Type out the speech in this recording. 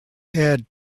head